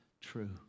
true